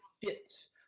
fits